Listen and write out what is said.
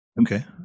Okay